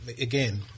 Again